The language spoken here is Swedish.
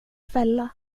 fälla